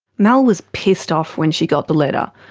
mel was pissed off when she got the letter.